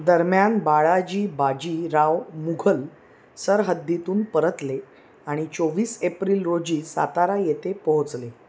दरम्यान बाळाजी बाजी राव मुघल सरहद्दीतून परतले आणि चोवीस एप्रिल रोजी सातारा येथे पोहोचले